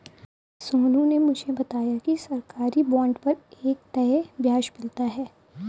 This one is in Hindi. सोनू ने मुझे बताया कि सरकारी बॉन्ड पर एक तय ब्याज मिलता है